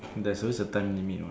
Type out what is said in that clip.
there's always a time limit what